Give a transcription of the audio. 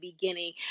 beginning